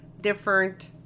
different